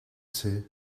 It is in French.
c’est